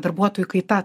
darbuotojų kaita